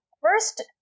first